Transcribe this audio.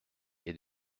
est